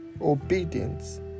obedience